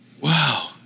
wow